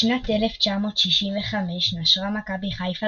בשנת 1965 נשרה מכבי חיפה,